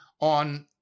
on